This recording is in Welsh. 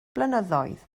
blynyddoedd